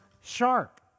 sharp